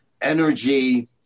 energy